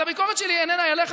אז הביקורת שלי איננה אליך,